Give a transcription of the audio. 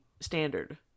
standard